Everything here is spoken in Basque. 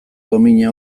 domina